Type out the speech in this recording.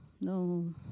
no